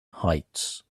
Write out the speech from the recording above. heights